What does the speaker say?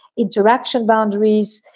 interaction, boundaries.